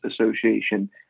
association